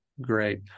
Great